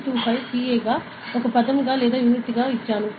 325 Pa గా ఒక పదంగా లేదా యూనిట్గా ఇచ్చాము